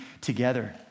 together